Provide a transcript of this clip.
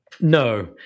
no